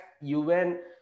UN